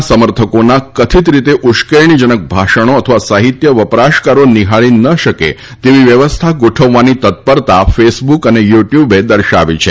ના સમર્થકોના કથિત રીતે ઉશ્કેરણીજનક ભાષણો અથવા સાહિત્ય વપરાશકારો નિહાળી ન શકે તેવી વ્યવસ્થા ગોઠવવાની તત્પરતા ફેસબુક તથા યૂટ્યૂબે દર્શાવી છે